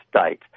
state